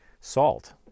salt